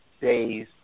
days